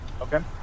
Okay